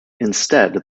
instead